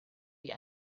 wie